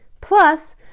Plus